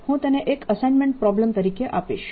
હું તેને એક અસાઈન્મેન્ટ પ્રોબ્લમ તરીકે આપીશ